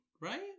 right